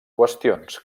qüestions